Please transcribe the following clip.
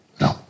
No